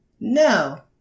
no